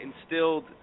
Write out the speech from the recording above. instilled